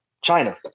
China